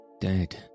dead